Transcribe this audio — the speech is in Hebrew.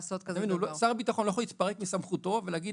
שר הביטחון לא יכול להתפרק מסמכותו ולהגיד